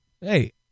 Hey